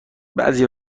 بعضی